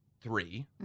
three